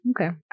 Okay